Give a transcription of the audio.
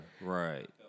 Right